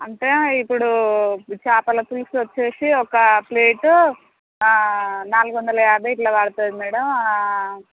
అంటే ఇప్పుడు చేపల పులుసు వచ్చి ఒక ప్లేట్ నాలుగు వందల యాభై ఇలా పడుతుంది మేడం